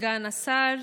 סגן השר,